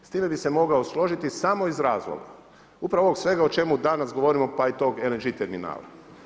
S time bih se mogao složiti samo iz razloga, upravo ovog svega o čemu danas govorimo pa i tog LNG terminala.